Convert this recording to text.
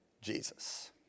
Jesus